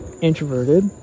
introverted